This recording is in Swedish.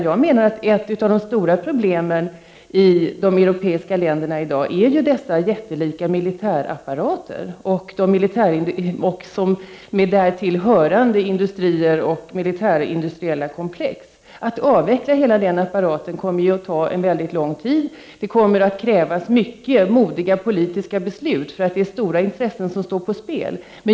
Jag menar att ett av de stora problemen i de europeiska länderna i dag är dessa jättelika militärapparater, med därtill hörande industrier och militärindustriella komplex. Att avveckla hela den apparaten kommer att ta väldigt lång tid. Det kommer att krävas mycket modiga politiska beslut, för det är stora intressen som står på spel.